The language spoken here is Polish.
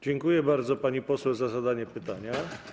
Dziękuję bardzo, pani poseł, za zadanie pytania.